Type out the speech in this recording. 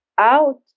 out